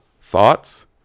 Thoughts